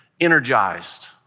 energized